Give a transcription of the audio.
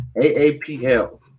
A-A-P-L